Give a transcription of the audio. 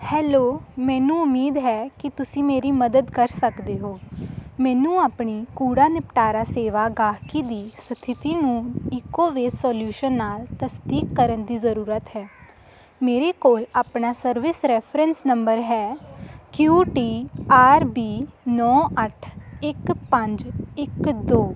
hello ਮੈਨੂੰ ਉਮੀਦ ਹੈ ਕਿ ਤੁਸੀਂ ਮੇਰੀ ਮਦਦ ਕਰ ਸਕਦੇ ਹੋ ਮੈਨੂੰ ਆਪਣੀ ਕੂੜਾ ਨਿਪਟਾਰਾ ਸੇਵਾ ਗਾਹਕੀ ਦੀ ਸਥਿਤੀ ਨੂੰ ਈਕੋ ਵੇ ਸੋਲਿਊਸ਼ਨ ਨਾਲ ਤਸਦੀਕ ਕਰਨ ਦੀ ਜ਼ਰੂਰਤ ਹੈ ਮੇਰੇ ਕੋਲ ਆਪਣਾ ਸਰਵਿਸ ਰੈਫਰੈਂਸ ਨੰਬਰ ਹੈ ਕੇਯੂ ਟੀ ਆਰ ਬੀ ਨੌਂ ਅੱਠ ਇੱਕ ਪੰਜ ਇੱਕ ਦੋ